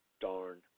darn